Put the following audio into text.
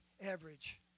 Average